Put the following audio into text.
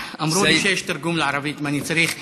אמרו לי שיש תרגום לערבית, אם אני צריך.